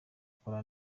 ukora